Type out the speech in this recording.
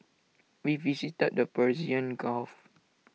we visited the Persian gulf